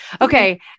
Okay